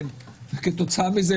כתוצאה מזה,